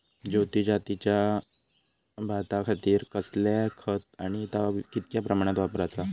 ज्योती जातीच्या भाताखातीर कसला खत आणि ता कितक्या प्रमाणात वापराचा?